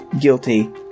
guilty